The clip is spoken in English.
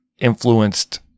influenced